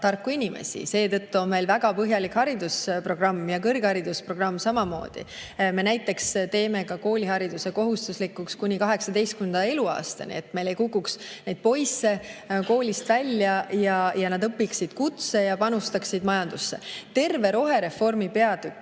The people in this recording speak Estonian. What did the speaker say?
tarku inimesi. Seetõttu on meil väga põhjalik haridusprogramm, sealhulgas kõrgharidusprogramm samamoodi. Me näiteks teeme koolihariduse kohustuslikuks kuni 18. eluaastani, et meil ei kukuks poisse koolist välja, nad õpiksid kutse ja panustaksid majandusse. Terve rohereformi peatükk